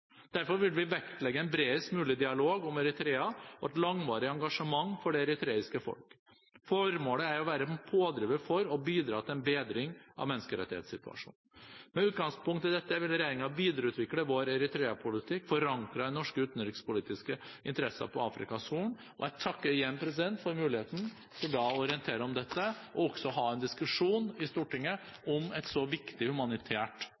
Derfor vil vi vektlegge en bredest mulig dialog om Eritrea og et langvarig engasjement for det eritreiske folk. Formålet er å være en pådriver for og å bidra til en bedring av menneskerettighetssituasjonen. Med utgangspunkt i dette vil regjeringen videreutvikle sin eritreapolitikk, forankret i norske utenrikspolitiske interesser på Afrikas Horn. Jeg takker igjen for muligheten til å orientere om dette og til å ha en diskusjon i Stortinget om et viktig humanitært